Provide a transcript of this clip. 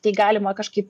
tai galima kažkaip